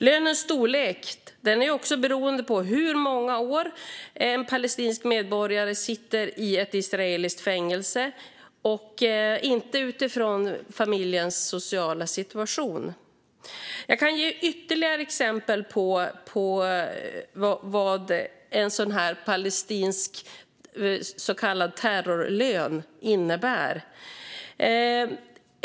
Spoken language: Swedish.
Lönens storlek är också beroende av hur många år en palestinsk medborgare sitter i ett israeliskt fängelse, inte av familjens sociala situation. Jag kan ge ytterligare exempel på vad en sådan här palestinsk så kallad terrorlön innebär.